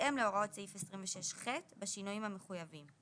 בהתאם להוראות סעיף 26ח, בשינויים המחויבים.